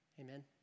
Amen